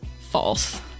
False